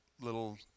little